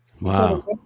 Wow